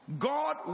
God